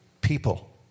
people